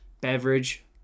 Beverage